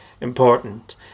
important